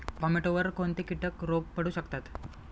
टोमॅटोवर कोणते किटक रोग पडू शकतात?